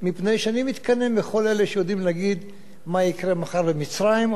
מפני שאני מתקנא בכל אלה שיודעים להגיד מה יקרה מחר במצרים,